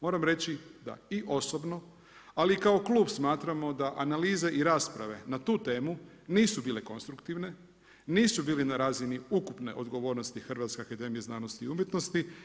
Moram reći da i osobno ali i kao klub smatramo da analize i rasprave na tu temu nisu bile konstruktivne, nisu bile na razini ukupne odgovornosti Hrvatske akademije znanosti i umjetnosti.